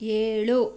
ಏಳು